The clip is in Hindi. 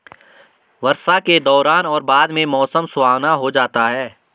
वर्षा के दौरान और बाद में मौसम सुहावना हो जाता है